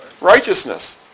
righteousness